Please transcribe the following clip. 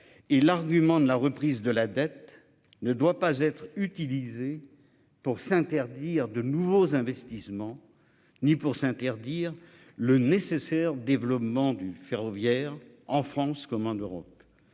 Et l'argument de la reprise de la dette ne doit pas être utilisée pour s'interdire de nouveaux investissements ni pour s'interdire le nécessaire développement du ferroviaire en France comme en Europe.